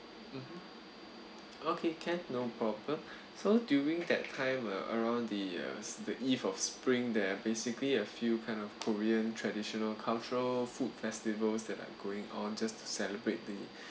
mm okay can no problem so during that time uh around the years the eve of spring there are basically a few kind of korean traditional cultural food festivals that are going on just to celebrate the